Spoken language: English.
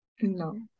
No